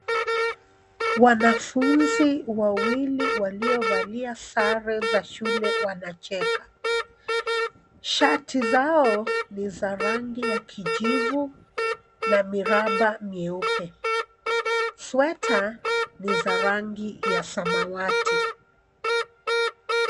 Wanafunzi wawili waliovalia sare za shule wanacheka. Shati zao ni za rangi ya kijivu na miraba mieupe. Sweta ni za rangi ya samawati.